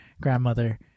grandmother